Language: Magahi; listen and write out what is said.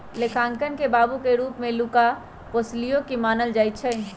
लेखांकन के बाबू के रूप में लुका पैसिओली के मानल जाइ छइ